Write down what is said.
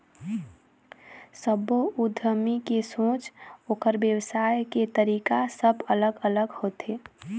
सब्बो उद्यमी के सोच, ओखर बेवसाय के तरीका सब अलग अलग होथे